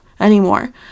anymore